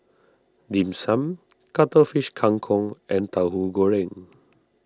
Dim Sum Cuttlefish Kang Kong and Tauhu Goreng